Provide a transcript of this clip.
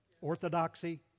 Orthodoxy